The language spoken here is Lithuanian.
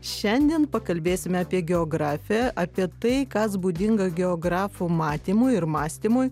šiandien pakalbėsime apie geografiją apie tai kas būdinga geografų matymui ir mąstymui